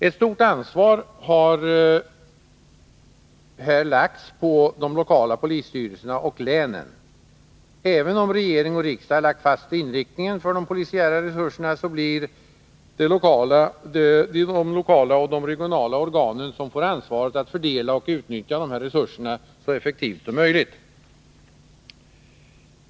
Ett stort ansvar har här lagts på de lokala polisstyrelserna och på länen. Även om regering och riksdag har lagt fast inriktningen för de polisiära resurserna, blir det de lokala och regionala organen som får ansvaret att fördela och utnyttja resurserna så effektivt som möjligt.